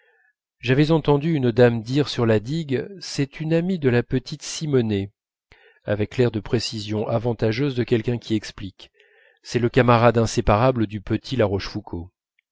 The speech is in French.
j'avais entendu une dame dire sur la digue c'est une amie de la petite simonet avec l'air de précision avantageuse de quelqu'un qui explique c'est le camarade inséparable du petit la rochefoucauld